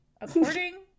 according